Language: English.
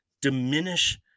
diminish